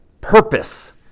purpose